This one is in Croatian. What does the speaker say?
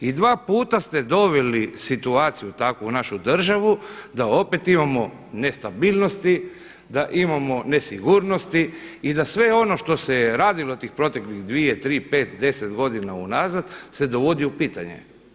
I dva puta ste doveli situaciju takvu u našu državu da opet imamo nestabilnosti, da imamo nesigurnosti i da sve ono što se je radilo tih proteklih dvije, tri, pet, deset godina unazad se dovodi u pitanje.